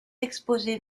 exposées